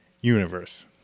universe